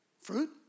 fruit